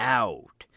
out